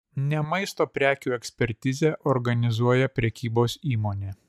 ne maisto prekių ekspertizę organizuoja prekybos įmonė